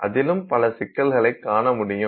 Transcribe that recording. அதிலும் பல சிக்கலை காண முடியும்